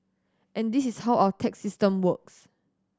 and this is how our tax system works